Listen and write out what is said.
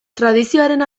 tradizioaren